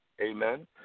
Amen